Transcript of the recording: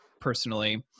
personally